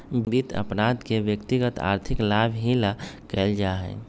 वित्त अपराध के व्यक्तिगत आर्थिक लाभ ही ला कइल जा हई